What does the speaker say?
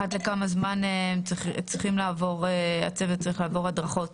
אחת לכמה זמן צריך הצוות לעבור הדרכה?